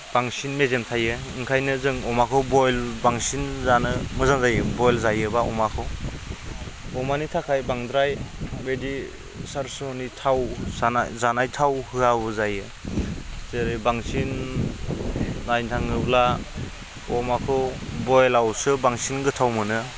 बांसिन मेजेम थायो ओंखायनो जों अमाखौ बयल बांसिन जानो मोजां जायो बयल जायोबा अमाखौ अमानि थाखाय बांद्राय बेबायदि सरसोनि थाव जानाय जानाय थाव होयाबाबो जायो जेरै बांसिन नायनो थाङोब्ला अमाखौ बयलआवसो बांसिन गोथाव मोनो